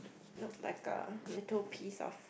look like a little piece of